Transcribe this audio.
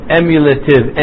emulative